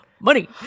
Money